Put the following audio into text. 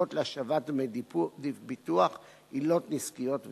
תביעות להשבת דמי ביטוח, עילות נזיקיות ועוד.